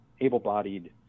able-bodied